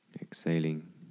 Exhaling